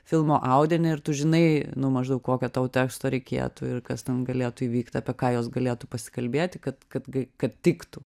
filmo audinį ir tu žinai nu maždaug kokio tau teksto reikėtų ir kas ten galėtų įvykti apie ką jos galėtų pasikalbėti kad kad kad tiktų